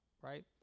right